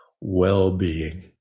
well-being